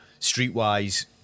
streetwise